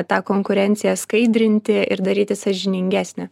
tą konkurenciją skaidrinti ir daryti sąžiningesnę